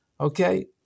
Okay